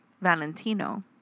Valentino